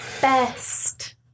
best